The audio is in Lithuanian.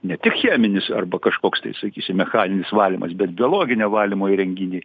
ne tik cheminis arba kažkoks tai sakysim mechaninis valymas bet biologinio valymo įrenginiai